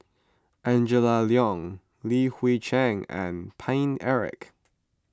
Angela Liong Li Hui Cheng and Paine Eric